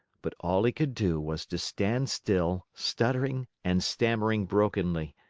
but all he could do was to stand still, stuttering and stammering brokenly.